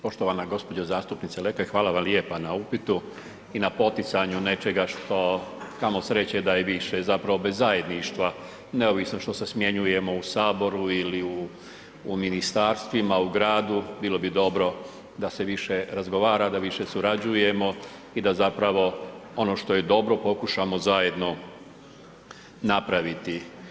Poštovana gospođo zastupnice Lekaj hvala vam lijepa na upitu i na poticanju nečega što kamo sreće da je više, zapravo bez zajedništva neovisno što se smjenjujemo u saboru ili u ministarstvima, u gradu, bilo bi dobro da se više razgovara, da više surađujemo i da zapravo ono što je dobro pokušamo zajedno napraviti.